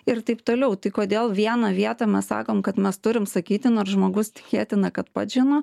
ir taip toliau tai kodėl vieną vietą mes sakom kad mes turim sakyti nors žmogus tikėtina kad pats žino